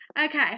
Okay